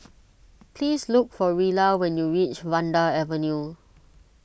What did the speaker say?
please look for Rilla when you reach Vanda Avenue